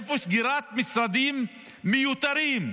איפה סגירת משרדים מיותרים?